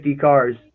cars